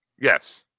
Yes